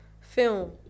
film